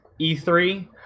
E3